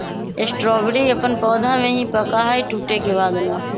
strawberry अपन पौधा में ही पका हई टूटे के बाद ना